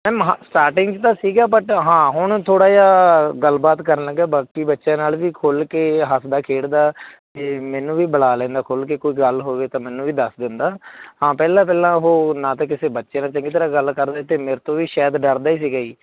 ma'am ਹਾਂ starting 'ਚ ਤਾਂ ਸੀਗਾ ਬਟ ਹਾਂ ਹੁਣ ਥੋੜ੍ਹਾ ਜਿਹਾ ਗੱਲਬਾਤ ਕਰਨ ਲੱਗਾ ਬਾਕੀ ਬੱਚਿਆਂ ਨਾਲ ਵੀ ਖੁੱਲ੍ਹ ਕੇ ਹੱਸਦਾ ਖੇਡਦਾ ਅਤੇ ਮੈਨੂੰ ਵੀ ਬੁਲਾ ਲੈਂਦਾ ਖੁੱਲ੍ਹ ਕੇ ਕੋਈ ਗੱਲ ਹੋਵੇ ਤਾਂ ਮੈਨੂੰ ਵੀ ਦੱਸ ਦਿੰਦਾ ਹਾਂ ਪਹਿਲਾਂ ਪਹਿਲਾਂ ਉਹ ਨਾ ਤਾਂ ਕਿਸੇ ਬੱਚੇ ਨਾਲ ਚੰਗੀ ਤਰਾਂ ਗੱਲ ਕਰਦੇ ਅਤੇ ਮੇਰੇ ਤੋਂ ਵੀ ਸ਼ਾਇਦ ਡਰਦਾ ਹੀ ਸੀਗਾ ਜੀ